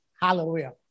hallelujah